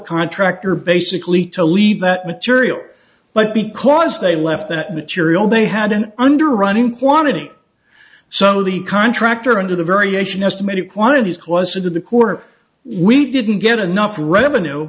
contractor basically to leave that material but because they left that material they had an underwriting quantity so the contractor under the variation estimated quantities closer to the core we didn't get enough revenue